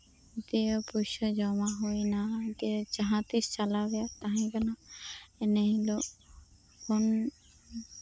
ᱫᱤᱭᱮ ᱯᱚᱭᱥᱟ ᱯᱚᱭᱥᱟ ᱡᱚᱢᱟ ᱦᱩᱭ ᱱᱟ ᱫᱤᱭᱮ ᱡᱟᱸᱦᱟ ᱛᱤᱥ ᱪᱟᱞᱟᱣ ᱨᱮ ᱛᱟᱸᱦᱮ ᱠᱟᱱᱟ ᱮᱱᱮ ᱦᱤᱞᱳᱜ ᱠᱷᱚᱱ